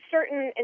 certain